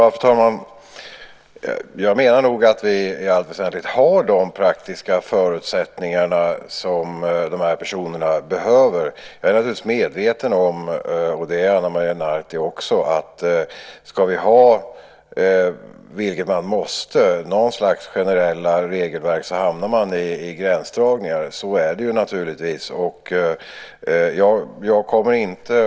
Fru talman! Jag menar nog att vi i allt väsentligt har de praktiska förutsättningar som de här personerna behöver. Jag är naturligtvis medveten om - och det är Ana Maria Narti också - att om vi ska ha något slags generella regelverk, vilket man måste, så hamnar vi i gränsdragningar.